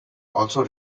also